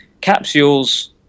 Capsules